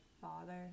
father